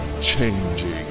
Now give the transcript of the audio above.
changing